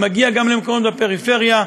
מגיע גם למקומות בפריפריה,